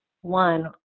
one